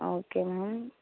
okay ma'am